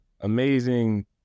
amazing